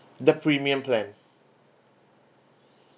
the premium plan